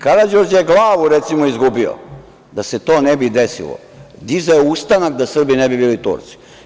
Karađorđe je glavu recimo izgubio da se to ne bi desilo, dizao je ustanak da Srbi ne bi bili Turci.